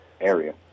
area